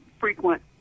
frequent